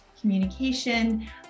communication